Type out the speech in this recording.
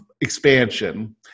expansion